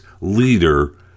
leader